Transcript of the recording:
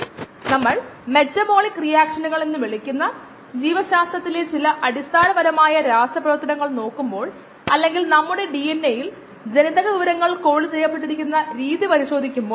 എന്നിട്ട് നിരക്ക് ഉപയോഗിച്ച് ഉയർന്ന താപനിലയിൽ കോശങ്ങളെ നശിപ്പിക്കുന്നതിന്റെ നിരക്ക് ഒരു പ്രത്യേക സമയത്ത് അല്ലെങ്കിൽ ആദ്യത്തെ ഓർഡർ എക്സ്പ്രഷനിലെ കോശങ്ങളുടെ സാന്ദ്രതയ്ക്ക് ആനുപാതികമായിരിക്കുമെന്ന് നമ്മൾ പറഞ്ഞു